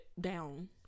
down